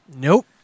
Nope